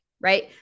right